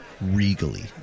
regally